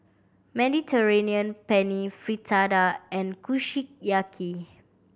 Mediterranean Penne Fritada and Kushiyaki